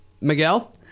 Miguel